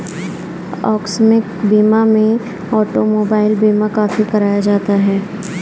आकस्मिक बीमा में ऑटोमोबाइल बीमा काफी कराया जाता है